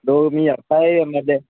लोग आक्खा दे एमएलए